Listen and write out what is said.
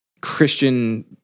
Christian